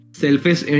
selfish